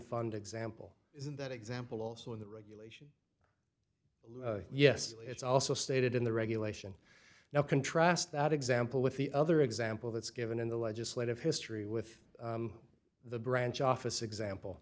fund example is that example also in the regulation yes it's also stated in the regulation now contrast that example with the other example that's given in the legislative history with the branch office example